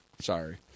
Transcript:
Sorry